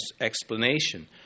explanation